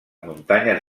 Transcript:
muntanyes